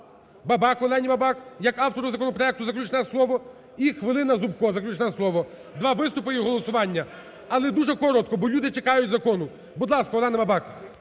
Бабак, Олені Бабак, як автору законопроекту, заключне слово і хвилина – Зубко заключне слово. Два виступи і голосування. Але дуже коротко, бо люди чекають закону. Будь ласка, Олена Бабак.